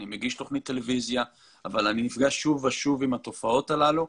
אני מגיש תוכנית טלוויזיה אבל אני נפגש שוב ושוב עם התופעות הללו.